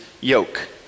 yoke